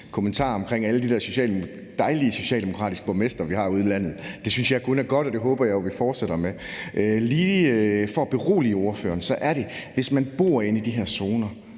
kommentar om alle de der dejlige socialdemokratiske borgmestre, vi har ude i landet. Det synes jeg kun er godt, og det håber jeg jo at vi fortsætter med. Lige for at berolige ordføreren, vil jeg sige, at hvis man bor inde i de her zoner,